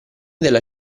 della